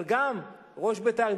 אבל גם ראש בית"ר,